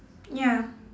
ya